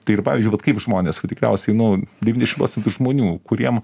tai ir pavyzdžiui vat kaip žmonės va tikriausiai nu devyniasdešim procentų žmonių kuriem